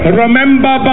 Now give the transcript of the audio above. remember